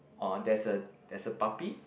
uh there's a there's a puppy